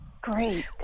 Great